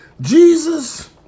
Jesus